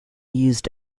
used